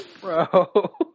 Bro